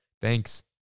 thanks